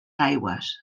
aigües